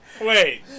Wait